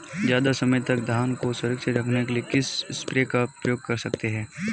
ज़्यादा समय तक धान को सुरक्षित रखने के लिए किस स्प्रे का प्रयोग कर सकते हैं?